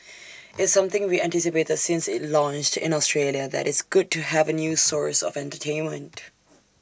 it's something we anticipated since IT launched in Australia that is good to have A new source of entertainment